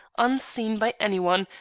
unseen by any one,